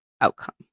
outcome